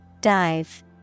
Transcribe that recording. Dive